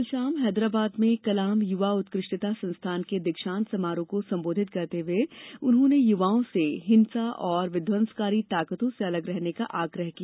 कल शाम हैदराबाद में कलाम युवा उत्कृष्टता संस्थान के दीक्षांत समारोह को सम्बोधित करते हुए उन्होंने युवाओं से हिंसा और विध्वंसकारी ताकतों से अलग रहने का आग्रह किया